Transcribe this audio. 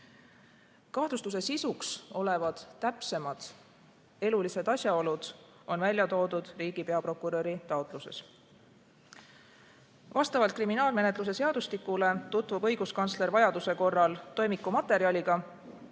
Kahtlustuse sisuks olevad täpsemad elulised asjaolud on välja toodud riigi peaprokuröri taotluses. Vastavalt kriminaalmenetluse seadustikule tutvub õiguskantsler vajaduse korral toimiku materjaliga,